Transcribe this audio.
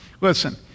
Listen